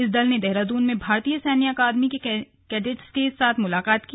इस दल ने देहरादून में भारतीय सैन्य अकादमी के कैडेटोंसे मुलाकात की